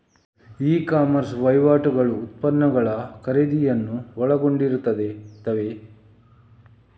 E commerce ವಹಿವಾಟುಗಳು ಉತ್ಪನ್ನಗಳ ಖರೀದಿಯನ್ನು ಒಳಗೊಂಡಿರುತ್ತವೆ